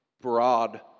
broad